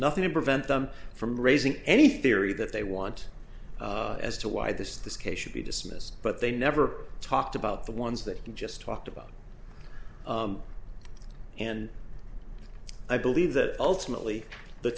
nothing to prevent them from raising any theory that they want as to why this this case should be dismissed but they never talked about the ones that you just talked about and i believe that ultimately the